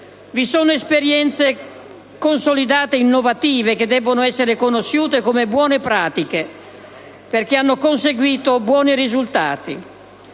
Vi sono esperienze consolidate e innovative che devono essere riconosciute come buone pratiche perché hanno conseguito buoni risultati,